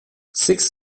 six